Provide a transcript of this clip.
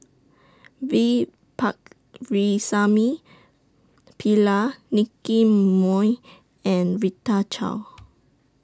V Pakirisamy Pillai Nicky Moey and Rita Chao